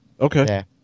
Okay